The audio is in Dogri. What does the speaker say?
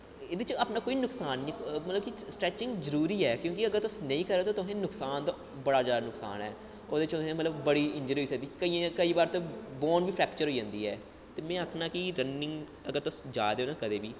एह्दे च अपना कोई नकसान नेईं मतलब कि स्टॅैचिंग जरूरी ऐ क्योंकि अगर तुस नेईं करा दे ओ ते तुसें नकसान ते बड़ा जादा नकसान ऐ ओह्दे च तुसें मतलब कि बड़ी इंजरी होई सकदी केइयें केईं बारी ते बोन बी फ्रैक्चर होई जंदी ऐ ते में आक्खना कि रनिंग अगर तुस जा दे हो ना कदें बी